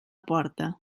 porta